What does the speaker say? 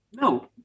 No